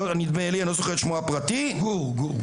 נדמה לי אני לא זוכר את שמו הפרטי גור מגידו,